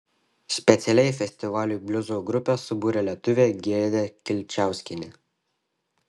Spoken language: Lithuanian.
specialiai festivaliui bliuzo grupę subūrė lietuvė giedrė kilčiauskienė